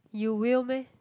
you will meh